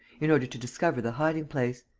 in order to discover the hiding-place.